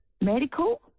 Medical